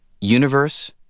Universe